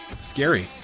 scary